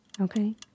Okay